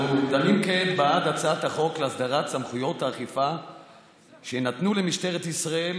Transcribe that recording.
אנו דנים כעת בהצעת החוק להסדרת סמכויות האכיפה שיינתנו למשטרת ישראל